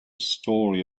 story